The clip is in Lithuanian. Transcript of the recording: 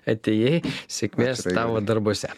atėjai sėkmės tavo darbuose